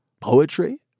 poetry